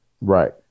Right